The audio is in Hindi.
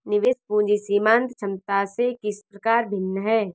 निवेश पूंजी सीमांत क्षमता से किस प्रकार भिन्न है?